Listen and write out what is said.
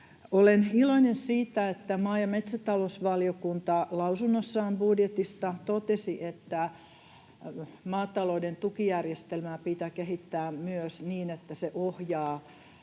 Olen iloinen siitä, että maa‑ ja metsätalousvaliokunta lausunnossaan budjetista totesi, että maatalouden tukijärjestelmää pitää kehittää myös niin, että se ohjaa